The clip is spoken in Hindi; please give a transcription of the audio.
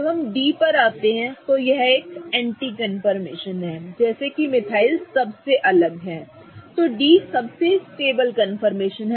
जब हम D पर आते हैं तो D जो कि एंटी कन्फॉर्मेशन है जैसे कि 2 मिथाइल सबसे अलग हैं D सबसे स्टेबल कंफॉर्मेशन है